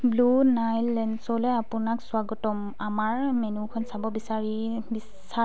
blue Nile লেঞ্চলৈ আপোনাক স্বাগতম আমাৰ মেন্যুখন চাব বিচাৰি বিচাৰি